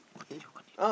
continue continue